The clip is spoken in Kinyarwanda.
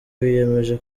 biyemeje